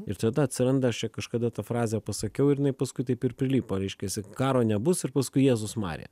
ir tada atsiranda aš čia kažkada tą frazę pasakiau ir jinai paskui taip ir prilipo reiškiasi karo nebus ir paskui jėzus marija